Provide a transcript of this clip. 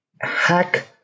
hack